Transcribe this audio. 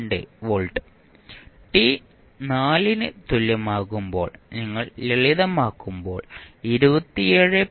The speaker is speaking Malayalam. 902 വോൾട്ട് ടി 4 ന് തുല്യമാകുമ്പോൾ നിങ്ങൾ ലളിതമാക്കിയാൽ 27